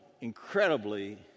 incredibly